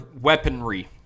weaponry